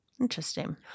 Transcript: Interesting